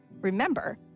Remember